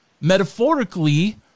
Metaphorically